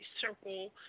circle